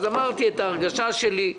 אז אמרתי את ההרגשה שלי.